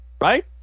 right